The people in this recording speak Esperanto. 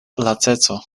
laceco